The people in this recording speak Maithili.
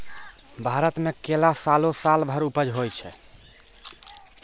भारत मे केला सालो सालो भर उपज होय छै